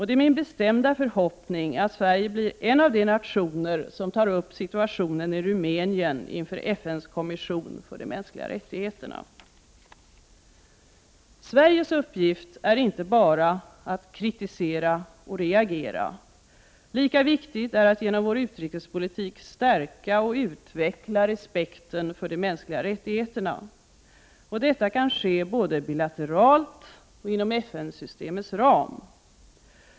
Det är min bestämda förhoppning att Sverige blir en av de nationer som tar upp situationen i Rumänien inför FN:s kommission för de mänskliga rättigheterna. Sveriges uppgift är inte bara att kritisera och reagera. Lika viktigt är att genom vår utrikespolitik stärka och utveckla respekten för de mänskliga rättigheterna. Detta kan ske både bilateralt och inom FN-systemets ram.